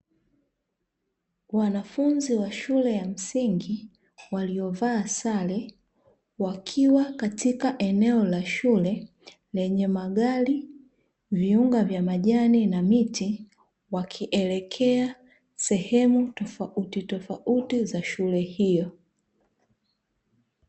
Wanafunzi wa shule ya msingi waliovaa sare wakiwa katika eneo la shule lenye magari, viunga vya majani na miti, wakielekea sehemu tofauti tofauti za shule hiyo.